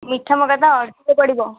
ମିଠା ମକା ତ ପଡ଼ିବ